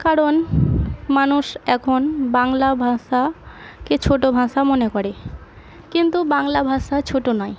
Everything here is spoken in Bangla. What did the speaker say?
কারণ মানুষ এখন বাংলা ভাষা কে ছোটো ভাষা মনে করে কিন্তু বাংলা ভাষা ছোটো নয়